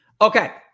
Okay